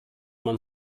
man